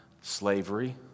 slavery